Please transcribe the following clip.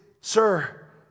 sir